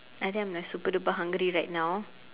I think I'm like super duper hungry right now